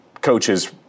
coaches